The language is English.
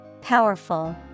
Powerful